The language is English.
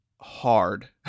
hard